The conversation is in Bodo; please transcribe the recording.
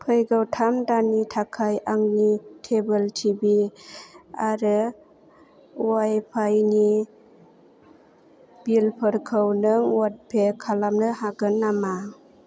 फैगौ थाम दाननि थाखाय आंनि टेबोल टिभि आरो वाइफाइनि बिलफोरखौ नों अटपे खालामनो हागोन नामा